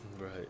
right